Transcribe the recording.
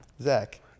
Zach